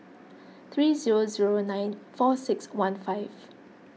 three zero zero nine four six one five